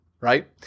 right